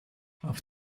auf